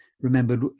remembered